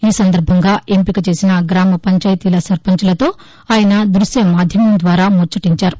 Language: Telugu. ఈసందర్బంగా ఎంపిక చేసిన గ్రామ పంచాయతీల సర్బంచ్లతో ఆయన దృశ్య మాధ్యమం ద్వారా ముచ్చటించారు